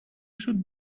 should